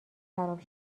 خراب